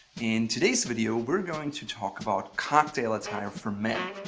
in today's video, we're going to talk about cocktail attire for men.